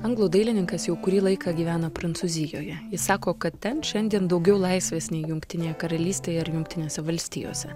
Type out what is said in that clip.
anglų dailininkas jau kurį laiką gyvena prancūzijoje jis sako kad ten šiandien daugiau laisvės nei jungtinėje karalystėje ar jungtinėse valstijose